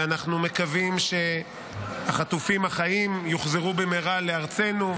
ואנחנו מקווים שהחטופים החיים יוחזרו במהרה לארצנו,